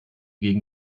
gegen